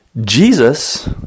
Jesus